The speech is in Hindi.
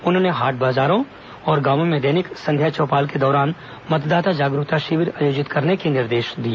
उन्होंने हाट बाजारों और गांवों में दैनिक संध्या चौपाल के दौरान मतदाता जागरूकता शिविर आयोजित करने के निर्देश दिए